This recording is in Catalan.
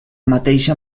mateixa